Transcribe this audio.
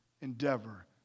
endeavor